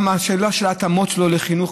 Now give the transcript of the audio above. גם השאלה של ההתאמות שלו לחינוך,